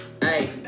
Hey